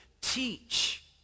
teach